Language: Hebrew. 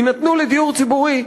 יינתנו לדיור ציבורי,